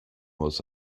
was